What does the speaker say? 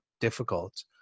difficult